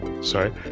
sorry